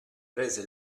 prese